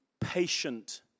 patient